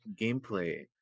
gameplay